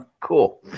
Cool